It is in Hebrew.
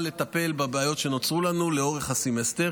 לטפל בבעיות שנוצרו לנו לאורך הסמסטר.